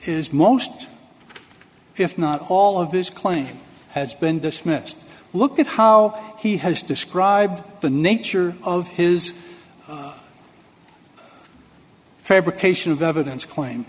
has is most if not all of this claim has been dismissed look at how he has described the nature of his fabrication of evidence claim